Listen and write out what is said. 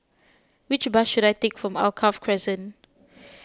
which bus should I take to Alkaff Crescent